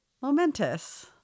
Momentous